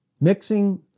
Mixing